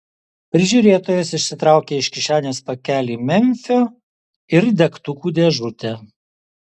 prižiūrėtojas išsitraukė iš kišenės pakelį memfio ir degtukų dėžutę